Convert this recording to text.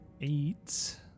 eight